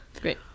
great